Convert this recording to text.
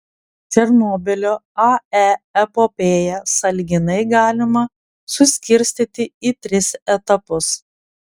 černobylio ae epopėją sąlyginai galima suskirstyti į tris etapus